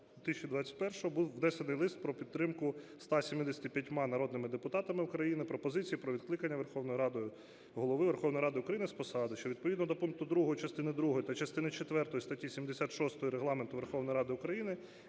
був внесений лист про підтримку 175 народними депутатами України пропозиції про відкликання Верховною Радою Голови Верховної Ради України з посади, що відповідно до пункту 2 частини другої та частини четвертої статті 76 Регламенту Верховної Ради України